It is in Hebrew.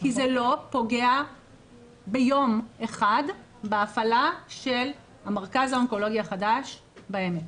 כי זה לא פוגע ביום אחד בהפעלה של המרכז האונקולוגי החדש בעמק.